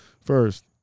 First